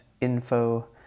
info